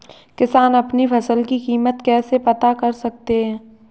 किसान अपनी फसल की कीमत कैसे पता कर सकते हैं?